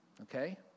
Okay